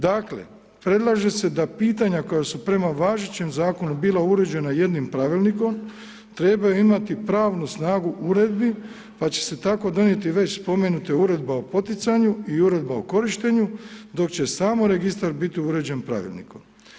Dakle, predlaže se da pitanja koja su prema važećem zakonu bila uređena jednim pravilnikom, trebaju imati pravnu snagu uredbi pa će se tako donijeti već spomenuta uredba o poticanju i uredba o korištenju dok će samo registar biti uređen pravilnikom.